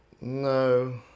No